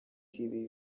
ibi